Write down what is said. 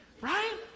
right